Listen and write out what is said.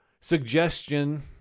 suggestion